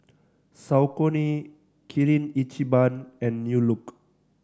Saucony Kirin Ichiban and New Look